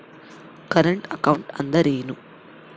Current account ಅಂದರೇನು?